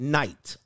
night